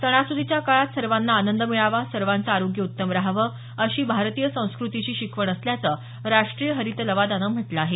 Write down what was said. सणासुदीच्या काळात सर्वांना आनंद मिळावा सर्वांचं आरोग्य उत्तम रहावं अशी भारतीय संस्कृतीची शिकवण असल्याचं राष्ट्रीय हरित लवादानं म्हटलं आहे